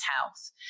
health